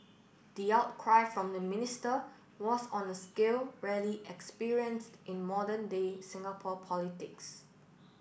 the outcry from the minister was on a scale rarely experienced in modern day Singapore politics